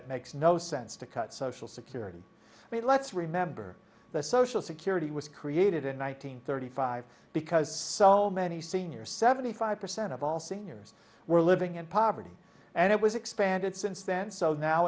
it makes no sense to cut social security but let's remember that social security was created in one nine hundred thirty five because so many seniors seventy five percent of all seniors were living in poverty and it was expanded since then so now